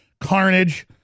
carnage